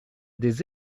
des